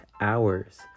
hours